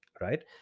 right